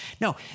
no